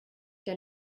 der